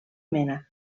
mena